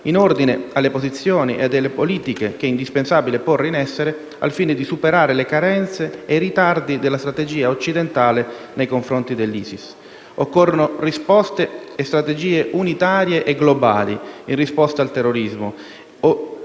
in ordine alle posizioni e alle politiche che è indispensabile porre in essere al fine di superare le carenze e i ritardi della strategia occidentale nei confronti dell'ISIS. Occorrono strategie unitarie e globali in risposta al terrorismo